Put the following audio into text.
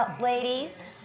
Ladies